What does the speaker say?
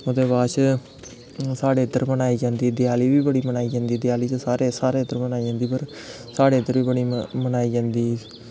ओह्दे बाद च साढ़े इद्धर मनाई जंदी देयाली बी बड़ी मनाई जंदी देयाली ते सारे इद्धर मनाई जंदी पर साढ़े इद्धर बी मनाई जंदी